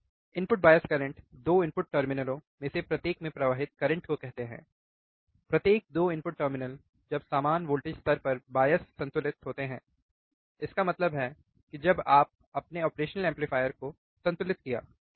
input bias current 2 input टर्मिनलों में से प्रत्येक में प्रवाहित करंट को कहते हैं प्रत्येक 2 इनपुट टर्मिनल जब समान वोल्टेज स्तर पर बायस संतुलित होते हैं इसका मतलब है कि जब आप अपने ऑपरेशनल एम्पलीफायर को संतुलित किया ठीक